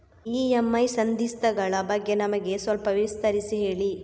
EMI ಸಂಧಿಸ್ತ ಗಳ ಬಗ್ಗೆ ನಮಗೆ ಸ್ವಲ್ಪ ವಿಸ್ತರಿಸಿ ಹೇಳಿ